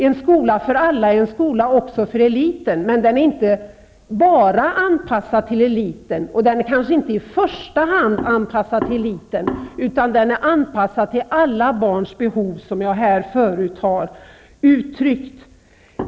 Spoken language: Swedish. En skola för alla är en skola också för eliten, men den är inte bara anpassad till eliten och den kanske inte i första hand är anpassad till eliten, utan den är anpassad till alla barns behov, som jag förut har uttryckt.